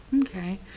okay